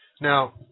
Now